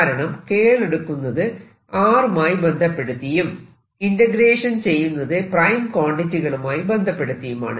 കാരണം കേൾ എടുക്കുന്നത് r മായി ബന്ധപ്പെടുത്തിയും ഇന്റഗ്രേഷൻ ചെയ്യുന്നത് പ്രൈം ക്വാണ്ടിറ്റികളുമായി ബന്ധപ്പെടുത്തിയുമാണ്